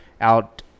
out